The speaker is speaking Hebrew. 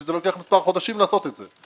וזה לוקח מספר חודשים לעשות את זה.